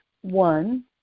One